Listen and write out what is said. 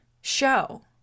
show